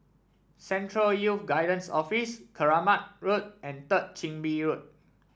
Central Youth Guidance Office Keramat Road and Third Chin Bee Road